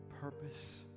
purpose